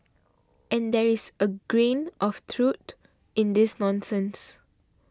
and there is a grain of truth in this nonsense